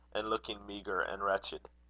and looking meagre and wretched.